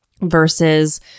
Versus